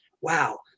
wow